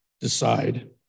decide